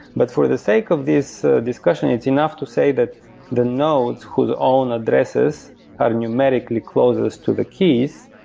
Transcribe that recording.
but for the sake of this discussion, it's enough to say that the nodes whose own addresses are numerically closest to the keys,